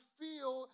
feel